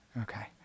Okay